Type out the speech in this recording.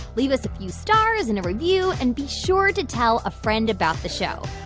leave us a few stars and a review, and be sure to tell a friend about the show.